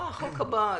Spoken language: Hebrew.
החוק הבא.